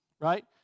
right